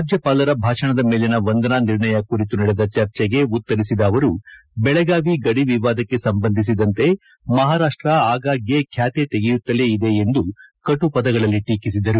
ರಾಜ್ಯಪಾಲರ ಭಾಷಣದ ಮೇಲಿನ ವಂದನಾ ನಿರ್ಣಯ ಕುರಿತು ನಡೆದ ಚರ್ಚೆಗೆ ಉತ್ತರಿಸಿದ ಅವರು ಬೆಳಗಾವಿ ಗದಿ ವಿವಾದಕ್ಕೆ ಸಂಬಂಧಿಸಿದಂತೆ ಮಹಾರಾಷ್ಟ್ರ ಆಗಾಗ್ಯೆ ಖ್ಯಾತೆ ತೆಗೆಯುತ್ತಲೇ ಇದೆ ಎಂದು ಕಟು ಪದಗಳಲ್ಲಿ ಟೀಕಿಸಿದರು